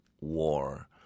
war